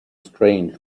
strange